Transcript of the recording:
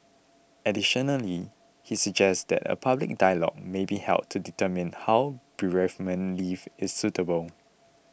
additionally he suggests that a public dialogue may be held to determine how bereavement leave is suitable